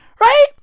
right